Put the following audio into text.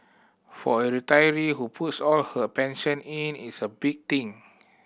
for a retiree who puts all her pension in it's a big thing